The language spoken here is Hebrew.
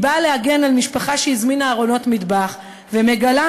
היא באה להגן על המשפחה שהזמינה ארונות מטבח ומגלה